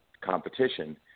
competition